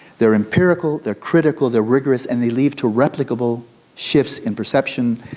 they are empirical, they are critical, they are rigorous and they lead to replicable shifts in perception,